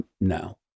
now